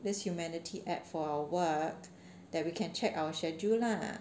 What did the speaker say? this humanity app for work that we can check our schedule lah